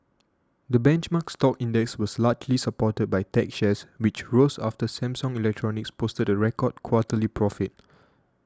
the benchmark stock index was largely supported by tech shares which rose after Samsung Electronics posted a record quarterly profit